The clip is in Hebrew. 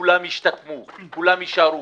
שכולם ישתקמו, שכולם יישארו.